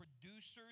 producers